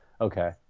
Okay